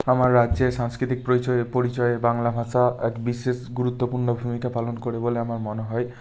আমার রাজ্যের সাংস্কৃতিক প্রচয়ে পরিচয়ে বাংলা ভাষা এক বিশেষ গুরুত্বপূর্ণ ভূমিকা পালন করে বলে আমার মনে হয়